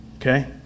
Okay